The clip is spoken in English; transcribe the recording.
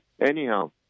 Anyhow